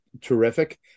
terrific